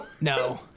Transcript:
no